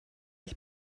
ich